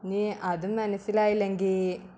ഇനി അതും മനസ്സിലായില്ലെങ്കിൽ